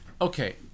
Okay